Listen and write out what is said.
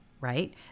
right